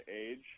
age